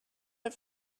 but